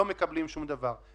לא מקבלים שום דבר.